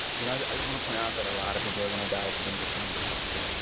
you know, i just want to point out that a lot of people are going to die if we don't disarm this bomb soon.